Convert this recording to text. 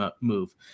move